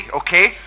okay